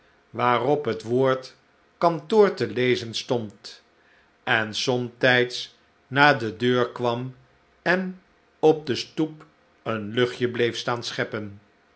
waarop het woord kantoor te lezen stond en somtijds naar de deur kwam en op de stoep een luclitje bleef staan scheppen